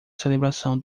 celebração